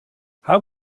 how